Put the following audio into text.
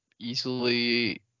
easily